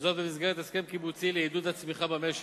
וזאת במסגרת הסכם קיבוצי לעידוד הצמיחה במשק.